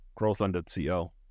Growthland.co